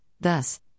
thus